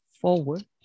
forward